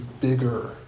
bigger